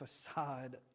facade